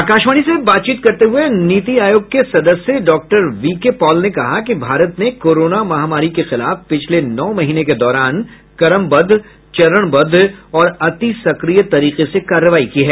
आकाशवाणी से बात करते हुए नीति आयोग के सदस्य डॉक्टर वीके पॉल ने कहा कि भारत ने कोरोना महामारी के खिलाफ पिछले नौ महीने के दौरान क्रमबद्ध चरणबद्व और अतिसक्रिय तरीके से कार्रवाई की है